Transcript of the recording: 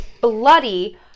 bloody